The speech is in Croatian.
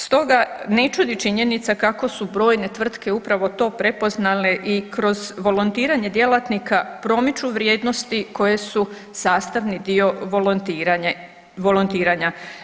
Stoga ne čudi činjenica kako su brojne tvrtke upravo to prepoznale i kroz volontiranje djelatnika promiču vrijednosti koje su sastavni dio volontiranja.